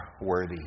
worthy